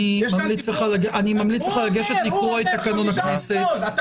אני ממליץ לך לגשת לקרוא את תקנון הכנסת.